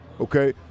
okay